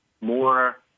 more